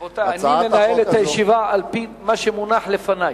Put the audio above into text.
רבותי, אני מנהל את הישיבה על-פי מה שמונח לפני.